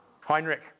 Heinrich